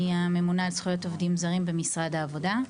אני הממונה על זכויות עובדים זרים במשרד העבודה.